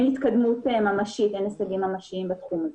התקדמות ממשית ואין הישגים ממשיים בתחום הזה.